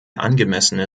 angemessene